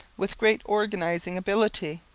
with great organizing ability.